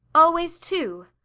always two?